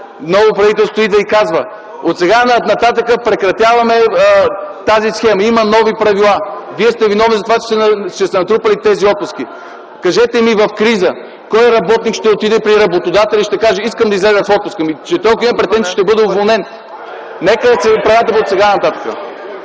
новото правителство да дойде и да каже: „Отсега нататък прекратяваме тази схема. Има нови правила. Вие сте виновни за това, че сте натрупали тези отпуски.” Кажете ми в криза кой работник ще отиде при работодателя и ще каже: „Искам да изляза в отпуска.” Ами че ако той има претенции, ще бъде уволнен. Нека това да бъде отсега нататък